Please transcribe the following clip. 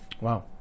Wow